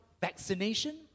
vaccination